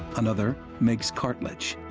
another makes cartilage